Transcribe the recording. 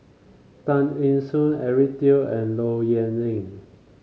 Tan Eng Soon Eric Teo and Low Yen Ling